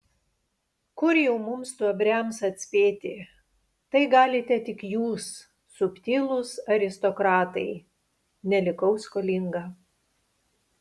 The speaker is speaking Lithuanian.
kur jau mums stuobriams atspėti tai galite tik jūs subtilūs aristokratai nelikau skolinga